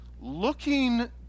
looking